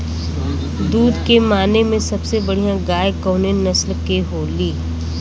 दुध के माने मे सबसे बढ़ियां गाय कवने नस्ल के होली?